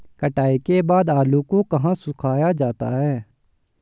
कटाई के बाद आलू को कहाँ सुखाया जाता है?